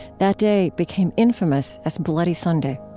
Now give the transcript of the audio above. that day became infamous as bloody sunday